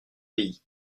pays